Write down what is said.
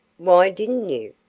why didn't you?